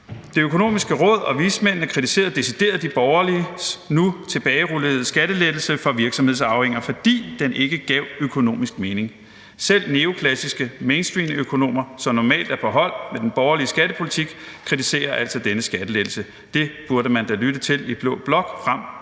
Det Økonomiske Råd og vismændene kritiserede decideret de borgerliges nu tilbagerullede skattelettelse for virksomhedsarvinger, fordi den ikke gav økonomisk mening. Selv neoklassiske mainstreamøkonomer, som normalt er på hold med den borgerlige skattepolitik, kritiserer altså denne skattelettelse. Det burde man da lytte til i blå blok frem